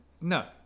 No